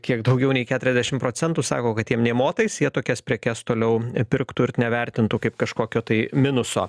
kiek daugiau nei keturiasdešimt procentų sako kad jiem nė motais jie tokias prekes toliau pirktų ir nevertintų kaip kažkokio tai minuso